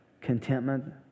Contentment